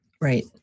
Right